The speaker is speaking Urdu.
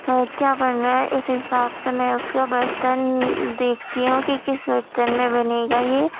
کیا بننا ہے اس حساب سے میں اس کے برتن دیکھتی ہوں کہ کس برتن میں بنے گا یہ